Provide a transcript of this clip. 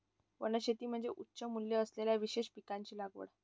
वनशेती म्हणजे उच्च मूल्य असलेल्या विशेष पिकांची लागवड